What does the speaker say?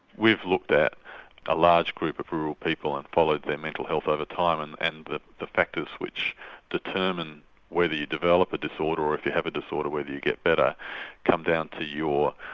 we've looked at a large group of rural people and followed their mental health over time. and and the the factors which determine whether you develop a disorder or if you have a disorder whether you get better come down to your